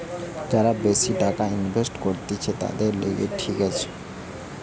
যারা বেশি টাকা ইনভেস্ট করতিছে, তাদের লিগে ঠিক আছে